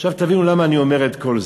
עכשיו, תבינו למה אני אומר את כל זה.